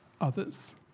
others